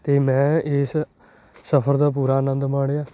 ਅਤੇ ਮੈਂ ਇਸ ਸਫਰ ਦਾ ਪੂਰਾ ਆਨੰਦ ਮਾਣਿਆ